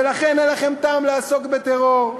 ולכן אין לכם טעם לעסוק בטרור.